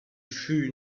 fut